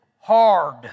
hard